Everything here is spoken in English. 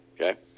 Okay